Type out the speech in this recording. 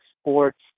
sports